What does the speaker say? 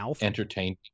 entertained